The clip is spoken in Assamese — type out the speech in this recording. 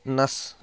নাছ